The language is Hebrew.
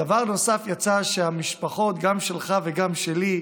דבר נוסף, יצא שהמשפחות, גם שלך וגם שלי,